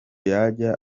yajya